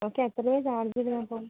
okay എത്ര രൂപയാണ് charge ഇതിനപ്പം